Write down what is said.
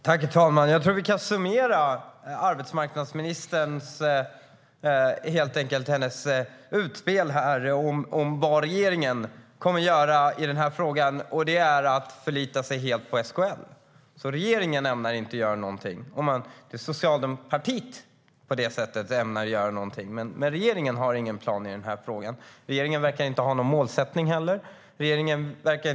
Herr talman! Jag tror att vi kan summera arbetsmarknadsministerns utspel här om vad regeringen kommer att göra i den här frågan. Man ska förlita sig helt på SKL. Regeringen ämnar inte göra någonting. Det socialdemokratiska partiet ämnar göra någonting, men regeringen har ingen plan i den här frågan. Regeringen verkar inte ha någon målsättning heller.